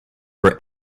for